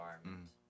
environment